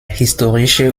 historische